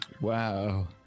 Wow